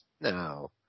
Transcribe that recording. No